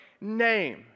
name